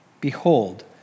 Behold